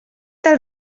del